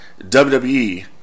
WWE